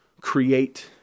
create